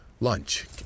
lunch